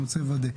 אני רוצה לוודא.